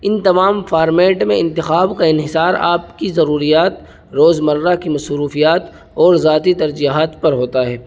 ان تمام فارمیٹ میں انتخاب کا انحصار آپ کی ضروریات روزمرہ کی مصروفیات اور ذاتی ترجیحات پر ہوتا ہے